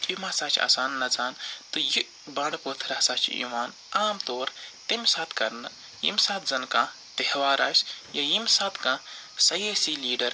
یِم ہَسا چھِ آسان نَژان تہٕ یہِ بانٛڈٕ پٲتھٕر ہَسا چھِ یِوان عام طور تَمہِ ساتہٕ کرنہٕ ییٚمہِ ساتہٕ زنہٕ کانٛہہ تہوار آسہِ یا ییٚمہِ ساتہٕ کانٛہہ سیٲسی لیٖڈر